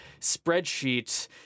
spreadsheet